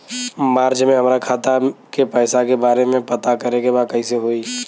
मार्च में हमरा खाता के पैसा के बारे में पता करे के बा कइसे होई?